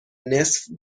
نصف